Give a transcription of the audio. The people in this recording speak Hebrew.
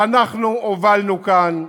ואנחנו הובלנו כאן,